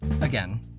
Again